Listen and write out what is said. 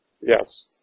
Yes